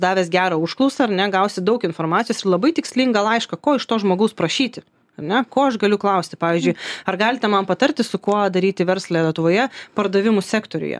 davęs gerą užklausą ar ne gausi daug informacijos ir labai tikslingą laišką ko iš to žmogaus prašyti ar ne ko aš galiu klausti pavyzdžiui ar galite man patarti su kuo daryti verslą lietuvoje pardavimų sektoriuje